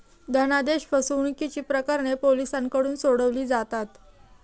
धनादेश फसवणुकीची प्रकरणे पोलिसांकडून सोडवली जातात